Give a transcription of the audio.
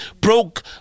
broke